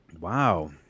Wow